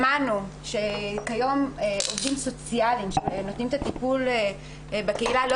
שמענו שכיום עובדים סוציאליים שנותנים את הטיפול בקהילה לא